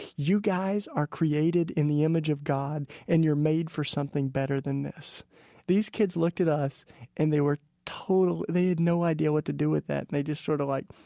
you guys are created in the image of god and you're made for something better than this these kids looked at us and they were they had no idea what to do with that. they just sort of, like,